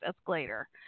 escalator